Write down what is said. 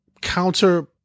counter